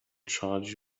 charge